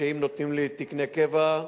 שאם נותנים לי תקני קבע,